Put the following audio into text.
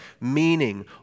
meaning